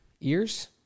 ears